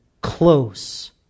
close